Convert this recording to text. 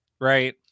right